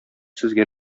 сезгә